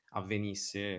avvenisse